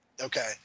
Okay